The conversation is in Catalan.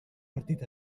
partit